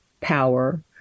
power